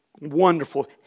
wonderful